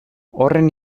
horren